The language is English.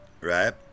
right